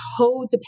codependent